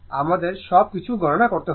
আমাদের সব কিছু গণনা করতে হবে